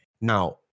Now